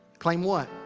claim what?